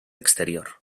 exterior